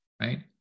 right